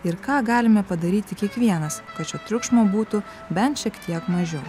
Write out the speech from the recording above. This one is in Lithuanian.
ir ką galime padaryti kiekvienas kad šio triukšmo būtų bent šiek tiek mažiau